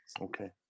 Okay